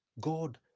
God